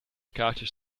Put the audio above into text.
kaartjes